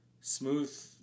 Smooth